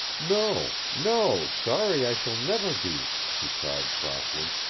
no, no sorry i shall never be, she cried softly.